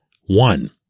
One